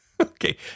Okay